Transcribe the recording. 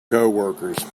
coworkers